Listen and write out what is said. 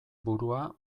burua